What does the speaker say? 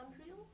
unreal